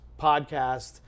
podcast